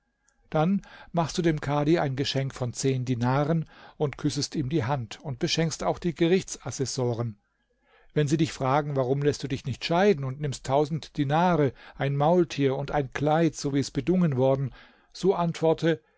dann machst du dem kadhi ein geschenk von zehn dinaren und küssest ihm die hand und beschenkst auch die gerichtsassessoren wenn sie dich fragen warum läßt du dich nicht scheiden und nimmst tausend dinare ein maultier und ein kleid so wie es bedungen worden so antworte